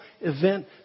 event